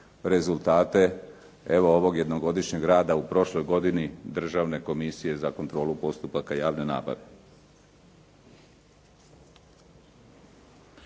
rezultate evo ovog jednogodišnjeg rada u prošloj godini Državne komisije za kontrolu postupaka javne nabave.